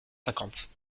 cinquante